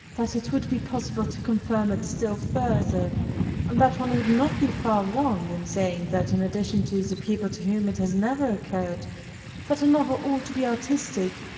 that it would be possible to confirm it still further, and that one would not be far wrong in saying that in addition to the people to whom it has never occurred that a novel ought to be artistic,